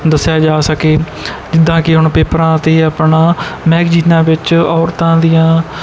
ਦੱਸਿਆ ਜਾ ਸਕੇ ਜਿੱਦਾਂ ਕਿ ਹੁਣ ਪੇਪਰਾਂ ਅਤੇ ਆਪਣਾ ਮੈਗਜੀਨਾਂ ਵਿੱਚ ਔਰਤਾਂ ਦੀਆਂ